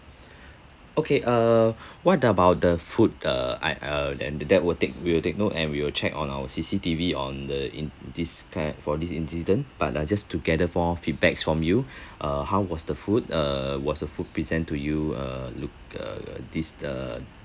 okay uh what about the food uh I uh and th~ that will take we will take note and we will check on our C_C_T_V on the in this ki~ for this incident but uh just to gather for feedbacks from you uh how was the food uh was the food present to you uh look uh this uh